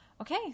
Okay